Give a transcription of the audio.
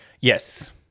Yes